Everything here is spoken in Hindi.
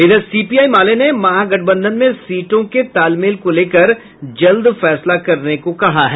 इधर सीपीआई माले ने महागठबंधन में सीटों के तालमेल को लेकर जल्द फैसला करने को कहा है